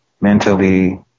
mentally